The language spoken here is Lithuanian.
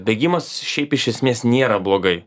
bėgimas šiaip iš esmės nėra blogai